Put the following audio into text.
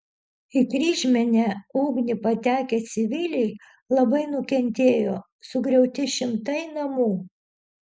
į kryžminę ugnį patekę civiliai labai nukentėjo sugriauti šimtai namų